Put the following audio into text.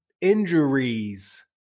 injuries